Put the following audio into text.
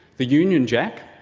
the union jack,